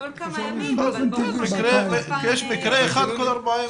כן, יש מקרה אחד בכל ארבעה ימים.